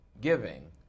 Giving